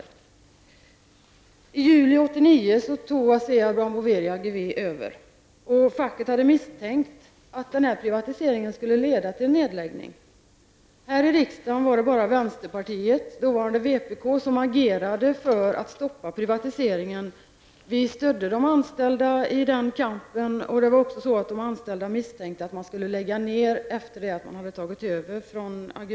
I juli 1989 tog Asea Brown Boveri Ageve över. Facket hade misstänkt att den här privatiseringen skulle leda till nedläggning. Här i riksdagen var det bara vänsterpartiet, dåvarande vpk, som agerade för att stoppa privatiseringen. Vi i vänsterpartiet stödde de anställda i den kampen. De anställda hade också misstänkt att företaget skulle läggas ned efter det att Ageve hade tagit över.